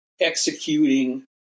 executing